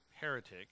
heretic